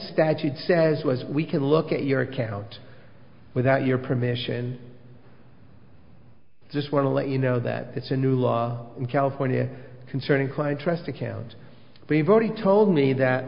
statute says was we can look at your account without your permission just want to let you know that it's a new law in california concerning client trust account they've already told me that